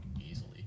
easily